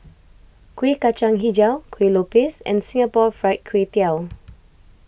Kueh Kacang HiJau Kuih Lopes and Singapore Fried Kway Tiao